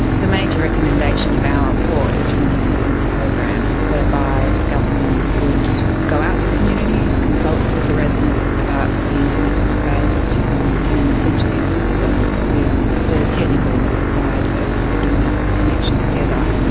the major recommendation of our report is for an assistance program whereby government would go out to communities, consult with the residents about the internet that's available to them and essentially assist them with the technical side of putting that connection together.